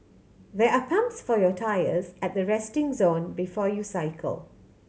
there are pumps for your tyres at the resting zone before you cycle